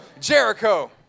Jericho